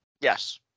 Yes